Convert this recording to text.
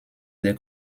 des